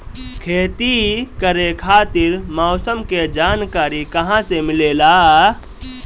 खेती करे खातिर मौसम के जानकारी कहाँसे मिलेला?